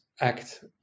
act